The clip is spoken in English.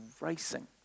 racing